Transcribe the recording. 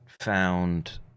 found